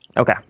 Okay